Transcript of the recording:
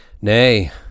Nay